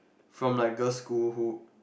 from like girls school who